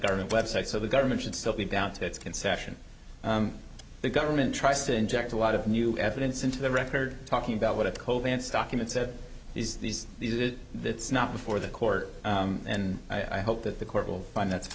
government website so the government should still be down to its concession the government tries to inject a lot of new evidence into the record talking about what a cold vance document said these these these it that's not before the court and i hope that the court will find that